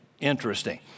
Interesting